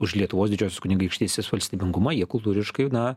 už lietuvos didžiosios kunigaikštystės valstybingumą jie kultūriškai na